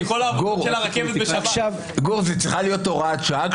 הקומבינה הזאת של שניים לא צריכה להיות בהוראת שעה?